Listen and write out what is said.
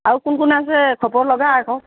আৰু কোন কোন আছে খবৰ লগা আকৌ